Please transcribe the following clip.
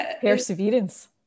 perseverance